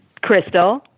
Crystal